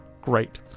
Great